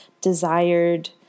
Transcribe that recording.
desired